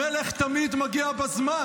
המלך תמיד מגיע בזמן.